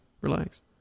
Relax